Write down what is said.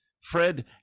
Fred